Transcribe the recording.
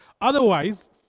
Otherwise